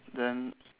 then